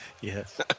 Yes